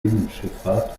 binnenschifffahrt